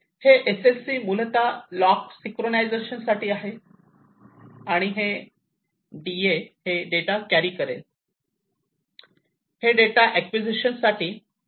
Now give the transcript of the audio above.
हे SCL मूलतः clock synchronisation साठी आहे आणि हे DA हे डेटा कॅरी करेल हे डेटा अक्विजिशन साठी